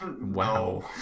wow